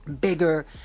bigger